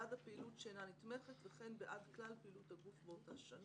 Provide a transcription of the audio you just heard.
בעד הפעילות שאינה נתמכת וכן בעד כלל פעילות הגוף באותה שנה,